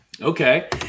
Okay